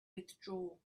withdraw